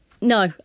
No